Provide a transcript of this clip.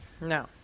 No